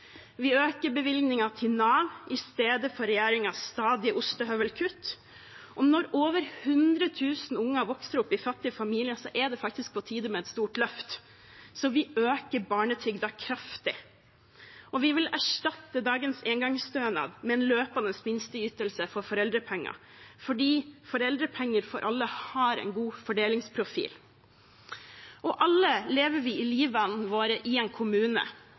Vi øker bevilgningen til Nav i stedet for regjeringens stadige ostehøvelkutt. Når over 100 000 unger vokser opp i fattige familier, er det på tide med et stort løft, så vi øker barnetrygden kraftig. Og vi vil erstatte dagens engangsstønad med en løpende minsteytelse for foreldrepenger, fordi foreldrepenger for alle har en god fordelingsprofil. Alle lever vi livet vårt i en kommune.